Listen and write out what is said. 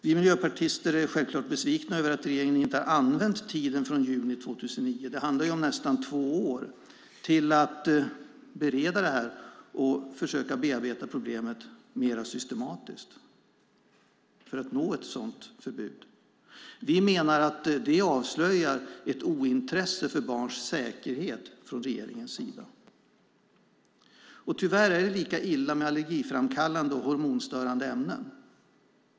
Vi miljöpartister är självklart besvikna över att regeringen inte använt tiden från juni 2009 - det handlar om nästan två år - till att bereda detta och försöka bearbeta problemet mer systematiskt för att nå ett sådant förbud. Vi menar att det avslöjar ett ointresse för barns säkerhet från regeringens sida. Tyvärr är det lika illa med allergiframkallande och hormonstörande ämnen.